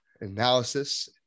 analysis